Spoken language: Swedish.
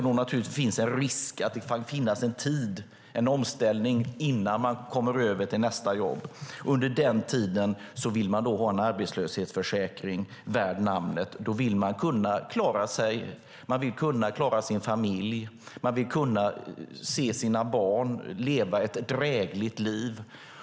Det finns en risk för att det kan bli en tid av omställning innan de kommer över till nästa jobb. Under denna tid vill man ha en arbetslöshetsförsäkring värd namnet. Då vill man kunna klara sig. Man vill kunna klara sin familj. Man vill kunna se sina barn leva ett drägligt liv.